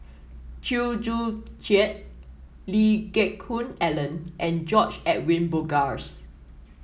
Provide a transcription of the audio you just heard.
Chew Joo Chiat Lee Geck Hoon Ellen and George Edwin Bogaars